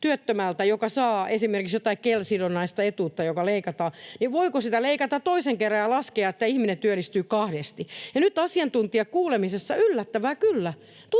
työttömältä, joka saa esimerkiksi jotain KEL-sidonnaista etuutta, joka leikataan? Voiko sitä leikata toisen kerran ja laskea, että ihminen työllistyy kahdesti? Ja nyt asiantuntijakuulemisessa, yllättävää kyllä,